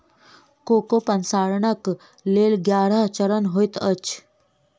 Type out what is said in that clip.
cocoa प्रसंस्करणक लेल ग्यारह चरण होइत अछि